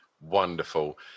Wonderful